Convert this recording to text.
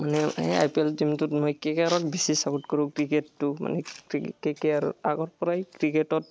মানে এই I P L টিমটোত মই কে কে আৰক বেছি ছাপৰ্ট কৰোঁ ক্ৰিকেটটো মানে কে কে আৰ আগৰ পৰাই ক্ৰিকেটত